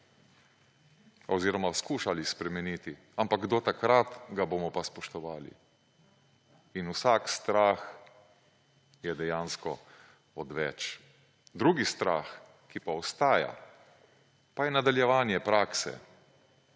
oziroma skušali spremeniti, ampak do takrat ga bomo pa spoštovali. In vsak strah je dejansko odveč. Drugi strah, ki pa ostaja, pa je nadaljevanje prakse;